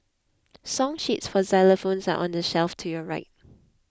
song sheets for xylophones are on the shelf to your right